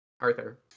Arthur